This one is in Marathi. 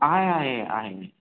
आहे आहे आहे